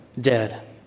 dead